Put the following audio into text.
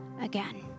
again